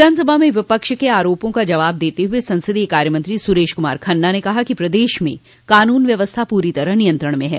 विधानसभा में विपक्ष के आरोपों का जवाब देते हुए संसदीय कार्यमंत्री सुरेश कुमार खन्ना ने कहा कि प्रदेश में क़ानून व्यवस्था पूरी तरह नियंत्रण में है